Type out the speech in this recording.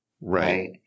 Right